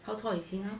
how tall is he now